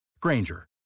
Granger